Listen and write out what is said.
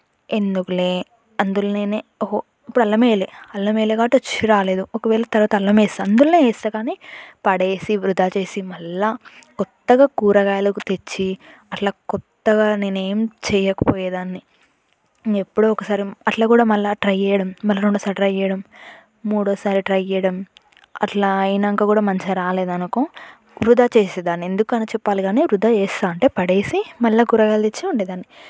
ఎందుకులే అందులోనే ఓహో ఇప్పుడు అల్లమెయ్యలే అల్లం ఎయ్యలేదు కాబట్టి రుచి రాలేదు ఒకవేళ తర్వాత అల్లమేస్తాను అందులోనే వేస్తాను కానీ పడేసి వృధా చేసి మళ్ళీ కొత్తగా కూరగాయలకు తెచ్చి అట్లా కొత్తగా నేనేం చెయ్యకపోయేదాన్ని ఎప్పుడో ఒకసారి అట్ల కూడా మళ్ళీ ట్రై చేయడం మళ్ళీ రెండోసారి ట్రై చేయడం మూడోసారి ట్రై చేయడం అట్లా అయినాక కూడా మంచిగా రాలేదనుకో వృధా చేసేదాని ఎందుకని చెప్పాలి కానీ వృధా చేస్తాను అంటే పడేసి మళ్ళీ కూరగాయలు తెచ్చి వండేదాన్ని